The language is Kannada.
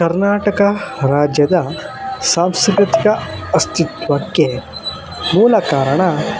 ಕರ್ನಾಟಕ ರಾಜ್ಯದ ಸಾಂಸ್ಕೃತಿಕ ಅಸ್ತಿತ್ವಕ್ಕೆ ಮೂಲ ಕಾರಣ